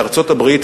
ארצות-הברית,